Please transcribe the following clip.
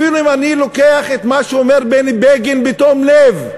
אפילו אם אני לוקח את מה שאומר בני בגין בתום לב,